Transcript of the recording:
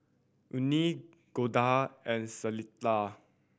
Una Golda and Clella